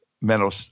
mental